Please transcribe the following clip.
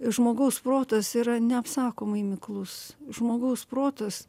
žmogaus protas yra neapsakomai miklus žmogaus protas